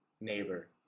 neighbor